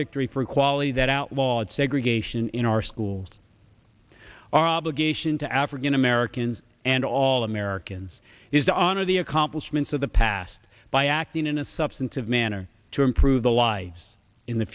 victory for equality that outlawed segregation in our schools our obligation to african americans and all americans is to honor the accomplishments of the past by acting in a substantive manner to improve the lives in the